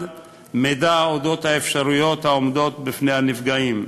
מידע על האפשרויות העומדות בפני הנפגעים.